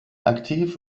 aktiv